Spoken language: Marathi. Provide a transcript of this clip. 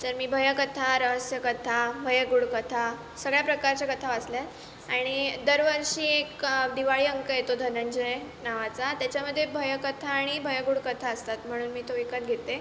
तर मी भयकथा रहस्यकथा भय गूढकथा सगळ्या प्रकारच्या कथा वाचल्या आहेत आणि दरवर्षी एक दिवाळी अंक येतो धनंजय नावाचा त्याच्यामध्ये भयकथा आणि भय गूढकथा असतात म्हणून मी तो विकत घेते